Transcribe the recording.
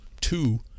two